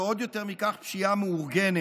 ועוד יותר מכך פשיעה מאורגנת,